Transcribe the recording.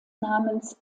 namens